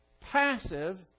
passive